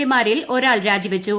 A മാരിൽ ഒരാൾ രാജിവച്ചു